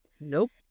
nope